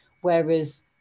Whereas